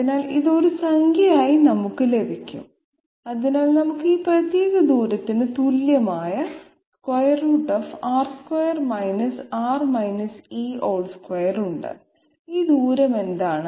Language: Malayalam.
അതിനാൽ ഇത് ഒരു സംഖ്യയായി നമുക്ക് ലഭ്യമാകും അതിനാൽ നമുക്ക് ഈ പ്രത്യേക ദൂരത്തിന് തുല്യമായR2 2 ഉണ്ട് ഈ ദൂരം എന്താണ്